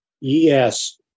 Yes